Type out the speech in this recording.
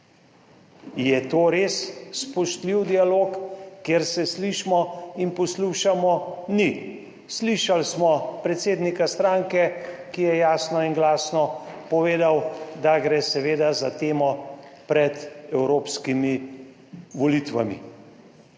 je to res spoštljiv dialog, kjer se slišimo in poslušamo? Ni. Slišali smo predsednika stranke, ki je jasno in glasno povedal, da gre seveda za temo pred evropskimi volitvami.